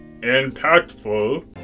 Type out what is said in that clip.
impactful